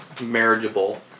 marriageable